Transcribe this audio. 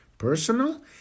personal